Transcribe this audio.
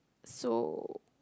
so